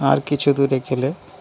আর কিছু দূরে গেলে